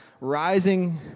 rising